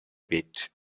bit